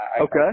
Okay